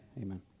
amen